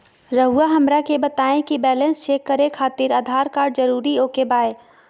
रउआ हमरा के बताए कि बैलेंस चेक खातिर आधार कार्ड जरूर ओके बाय?